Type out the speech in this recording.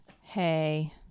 hey